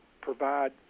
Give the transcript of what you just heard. provide